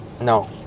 No